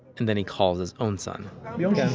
and then he calls his own son i